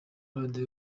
radio